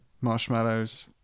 Marshmallows